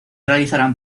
realizarán